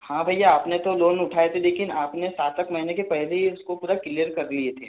हाँ भैया आपने तो लोन उठाया था लेकिन आप ने सात आठ महीने के पहले ही उसको पूरा क्लियर कर दिए थे